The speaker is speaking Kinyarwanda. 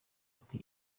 ati